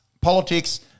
Politics